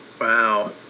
Wow